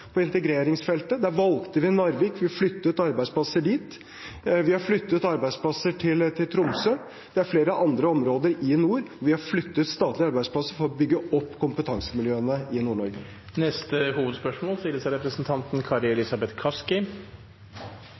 på integreringsfeltet. Der valgte vi Narvik, vi flyttet arbeidsplasser dit. Vi har flyttet arbeidsplasser til Tromsø. Det er flere andre områder i nord vi har flyttet statlige arbeidsplasser til for å bygge opp kompetansemiljøene i Nord-Norge. Da går vi til neste hovedspørsmål.